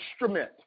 instrument